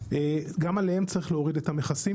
גם עליהם צריך להוריד את המכסים,